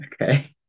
Okay